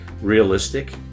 realistic